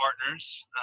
partners